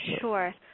Sure